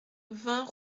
vingt